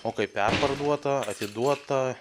o kai perparduota atiduota